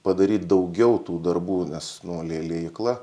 padaryt daugiau tų darbų nes nu lie liejykla